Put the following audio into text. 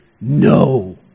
no